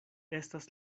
estas